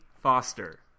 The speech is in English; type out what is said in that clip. Foster